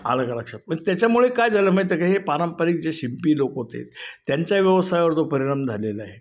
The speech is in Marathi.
आलं का लक्षात म्हणजे त्याच्यामुळे काय झालं माहितं आहे का हे पारंपरिक जे शिंपी लोक होते त्यांच्या व्यवसायावर तो परिणाम झालेला आहे